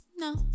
No